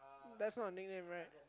that's not a nickname right